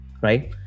right